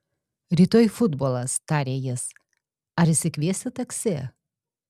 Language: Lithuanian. rytoj futbolas tarė jis ar išsikviesi taksi